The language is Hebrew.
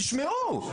תשמעו.